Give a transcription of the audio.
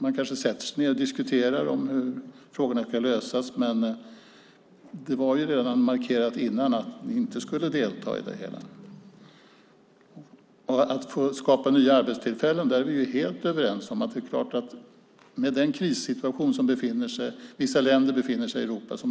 Man kanske sätter sig ned och diskuterar hur frågorna ska lösas, men det var ju redan markerat innan att ni inte skulle delta i det hela. När det gäller att skapa nya arbetstillfällen är vi helt överens om den krissituation som vissa länder befinner sig i i Europa.